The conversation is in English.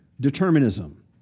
determinism